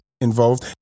involved